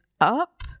up